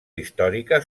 històrica